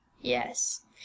Yes